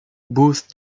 booth